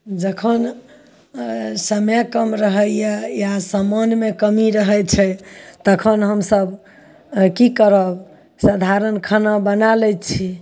जखन समय कम रहैए या समानमे कमी रहैत छै तखन हमसब की करब सधारण खाना बना लै छी